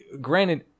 granted